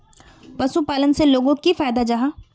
पशुपालन से लोगोक की फायदा जाहा?